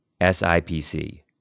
SIPC